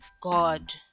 god